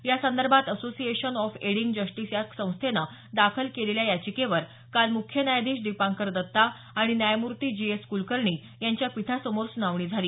यासंदर्भात association of aiding justice या संस्थेनच दाखल केलेल्या याचिकेवर काल मुख्य न्यायाधीश दीपांकर दत्ता आणि न्यायमूर्ती जी एस कुलकर्णी यांच्या पीठासमोर सुनावणी झाली